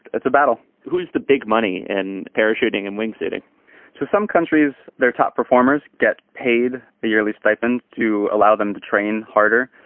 it's a battle who's the big money in parachuting and wings? so some countries, their top performers get paid the yearly stipend to allow them to train harder.